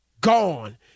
gone